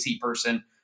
person